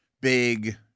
big